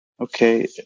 Okay